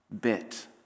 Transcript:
bit